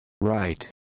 right